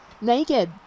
naked